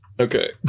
Okay